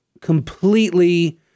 completely